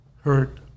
hurt